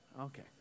Okay